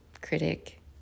critic